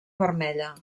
vermella